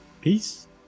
Peace